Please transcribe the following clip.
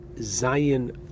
Zion